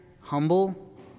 humble